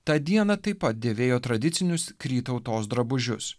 tą dieną taip pat dėvėjo tradicinius kry tautos drabužius